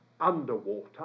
underwater